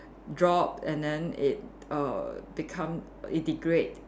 drop and then it err become it degrade